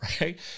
Right